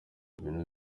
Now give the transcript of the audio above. ibintu